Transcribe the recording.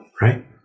right